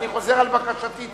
אני חוזר על בקשתי,